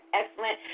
excellent